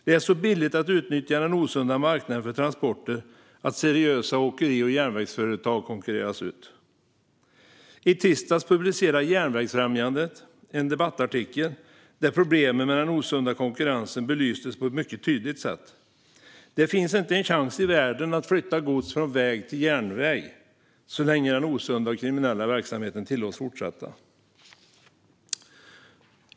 Det är så billigt att utnyttja den osunda marknaden för transporter att seriösa åkeri och järnvägsföretag konkurreras ut. I tisdags publicerade Järnvägsfrämjandet en debattartikel där problemen med den osunda konkurrensen belystes på ett mycket tydligt sätt. Det finns inte en chans i världen att flytta gods från väg till järnväg så länge den osunda och kriminella verksamheten tillåts fortsätta.